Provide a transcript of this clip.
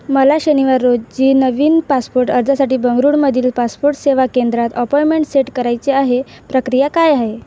मला शनिवार रोजी नवीन पासपोर्ट अर्जासाठी बंगळुरूमधील पासपोर्ट सेवा केंद्रात अपॉइमेंट सेट करायचे आहे प्रक्रिया काय आहे